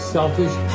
Selfish